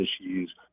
issues